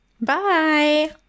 Bye